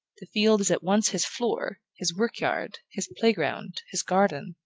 the field is at once his floor, his work-yard, his play-ground, his garden,